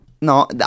No